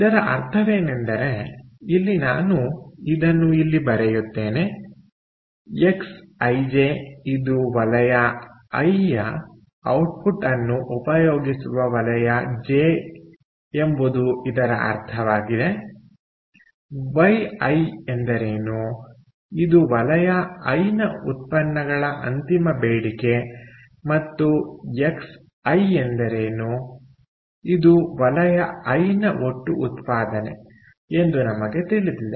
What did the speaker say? ಇದರ ಅರ್ಥವೇನೆಂದರೆ ಇಲ್ಲಿ ನಾನು ಇದನ್ನು ಇಲ್ಲಿ ಬರೆಯುತ್ತೇನೆ ಎಕ್ಸ್ ಐಜೆ ಇದು ವಲಯ ಐ ಯ ಔಟ್ಪುಟ್ ಅನ್ನು ಉಪಭೋಗಿಸುವ ವಲಯ ಜೆ ಎಂಬುದು ಇದರ ಅರ್ಥವಾಗಿದೆವೈಐ ಎಂದರೇನುಇದು ವಲಯ ಐ ನ ಉತ್ಪನ್ನಗಳ ಅಂತಿಮ ಬೇಡಿಕೆ ಮತ್ತು ಎಕ್ಸ್ಐ ಎಂದರೇನುಇದು ವಲಯ ಐ ನ ಒಟ್ಟು ಉತ್ಪಾದನೆ ಎಂದು ನಮಗೆ ತಿಳಿದಿದೆ